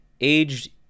Aged